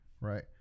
right